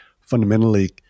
fundamentally